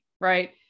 right